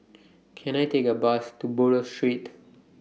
Can I Take A Bus to Buroh Street